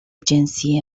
جنسی